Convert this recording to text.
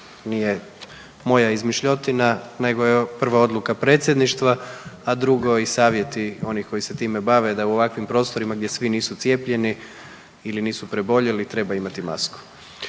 Nije moja izmišljotina nego je prvo odluka Predsjedništva, a drugo i savjeti onih koji se time bave, da u ovakvim prostorima gdje svi nisu cijepljeni ili nisu preboljeli, treba imati masku.